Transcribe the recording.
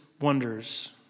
wonders